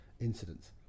incidents